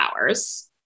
hours